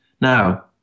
Now